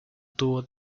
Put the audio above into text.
tuvo